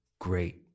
Great